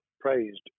praised